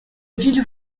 ville